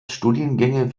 studiengänge